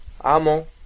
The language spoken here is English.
Amo